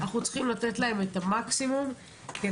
אנחנו צריכים לתת להם את המקסימום כדי